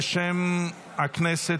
בשם הכנסת,